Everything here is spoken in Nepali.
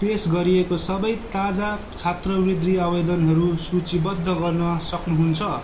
पेस गरिएको सबै ताजा छात्रबृदृ आवेदनहरू सूचीबद्ध गर्न सक्नु हुन्छ